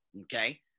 Okay